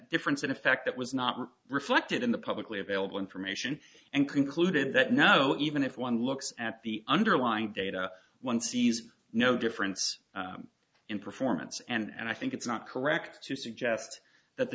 difference in effect that was not reflected in the publicly available information and concluded that no even if one looks at the underlying data one sees no difference in performance and i think it's not correct to suggest that the